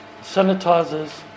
sanitizers